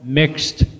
mixed